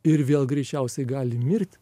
ir vėl greičiausiai gali mirt